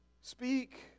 Speak